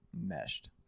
meshed